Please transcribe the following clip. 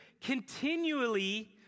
continually